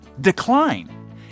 decline